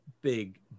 big